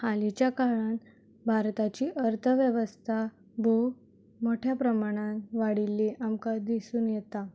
हालींच्या काळान भारताची अर्थ वेवस्था भोव मोठ्या प्रमाणान वाडिल्ली आमकां दिसून येता